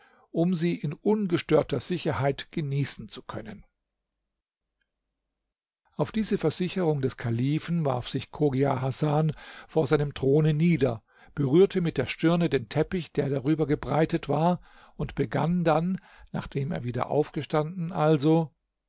um sie in ungestörter sicherheit genießen zu können auf diese versicherung des kalifen warf sich chogia hasan vor seinem throne nieder berührte mit der stirne den teppich der darüber gebreitet war und begann dann nachdem er wieder aufgestanden also